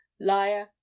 liar